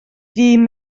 fûm